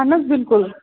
اہَن حَظ بِلکُل